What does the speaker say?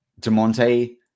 Demonte